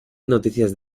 noticias